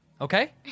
Okay